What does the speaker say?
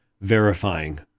verifying